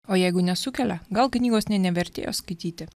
o jeigu nesukelia gal knygos nė nevertėjo skaityti